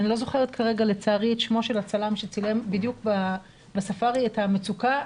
אני לא זוכרת כרגע לצערי את שמו של הצלם שצילם בדיוק בספארי את המצוקה,